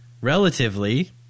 relatively